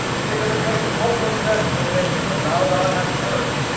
we get to the place of hopelessness and we say, well now, god has to work.